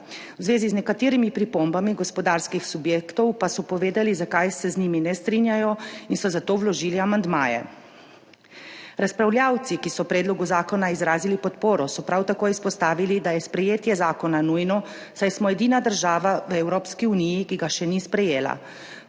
V zvezi z nekaterimi pripombami gospodarskih subjektov pa so povedali, zakaj se z njimi ne strinjajo in so zato vložili amandmaje. Razpravljavci, ki so predlogu zakona izrazili podporo, so prav tako izpostavili, da je sprejetje zakona nujno, saj smo edina država v Evropski uniji, ki ga še ni sprejela.